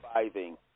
surviving